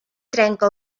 trenca